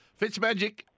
Fitzmagic